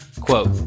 Quote